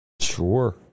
Sure